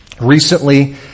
Recently